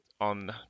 on